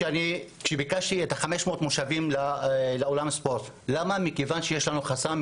ביקשתי 500 מושבים לאולם הספורט מכיוון שיש לנו חסם,